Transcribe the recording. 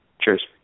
cheers